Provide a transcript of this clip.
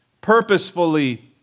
purposefully